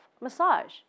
massage